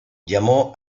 llamó